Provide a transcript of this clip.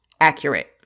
accurate